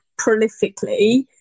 prolifically